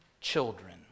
children